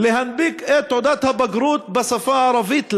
להנפיק את תעודת הבגרות בשפה הערבית.